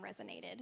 resonated